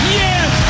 yes